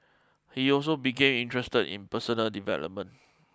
he also became interested in personal development